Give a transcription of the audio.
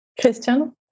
Christian